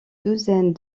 douzaine